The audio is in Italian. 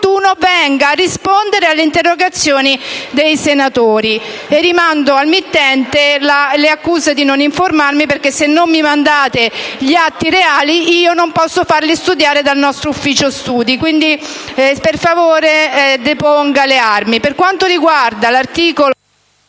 venga a rispondere alle interrogazioni dei senatori. Rimando al mittente le accuse di non essermi informata, perché se non mi mandate gli atti reali io non posso farli studiare dal nostro ufficio studi. Quindi, per favore, deponga le armi. Per quanto riguarda l'articolo